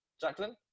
Jacqueline